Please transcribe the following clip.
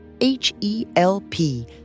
H-E-L-P